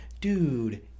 dude